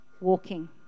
walking